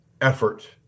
effort